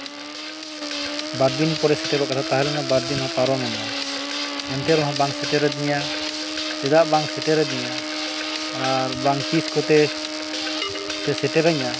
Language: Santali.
ᱵᱟᱨ ᱫᱤᱱ ᱯᱚᱨᱮ ᱥᱮᱴᱮᱨᱚᱜ ᱠᱟᱛᱷᱟ ᱛᱟᱦᱮᱸᱞᱮᱱᱟ ᱵᱟᱨ ᱫᱤᱱ ᱦᱚᱸ ᱯᱟᱨᱚᱢᱮᱱᱟ ᱮᱱᱛᱮ ᱨᱚᱦᱚᱸ ᱵᱟᱝ ᱥᱮᱴᱮᱨᱟᱫᱤᱧᱟ ᱪᱮᱫᱟᱜ ᱵᱟᱝ ᱥᱮᱴᱮᱨᱟᱫᱤᱧᱟ ᱚᱱᱟ ᱵᱟᱝ ᱛᱤᱥ ᱠᱚᱛᱮ ᱥᱮ ᱥᱮᱴᱮᱨᱟᱹᱧᱟ